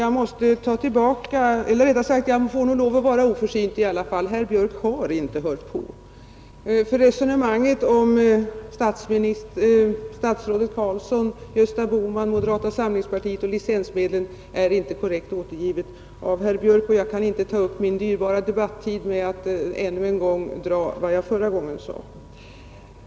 Herr talman! Jag får nog lov att vara oförsynt i alla fall — herr Björk i Göteborg har inte hört på. Resonemanget om statsrådet Carlsson, herr Bohman, moderata samlingspartiet och licensmedel är inte korrekt, men jag kan inte ta upp min dyrbara repliktid med att upprepa vad jag förra gången sade.